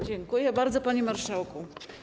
Dziękuję bardzo, panie marszałku.